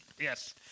Yes